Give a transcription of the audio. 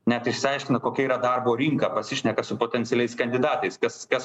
net išsiaiškina kokia yra darbo rinka pasišneka su potencialiais kandidatais kas kas